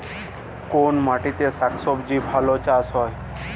কোন মাটিতে শাকসবজী ভালো চাষ হয়?